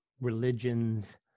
religions